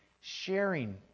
sharing